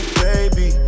baby